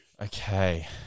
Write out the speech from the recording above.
Okay